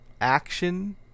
action